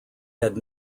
had